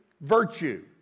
virtue